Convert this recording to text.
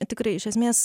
tikrai iš esmės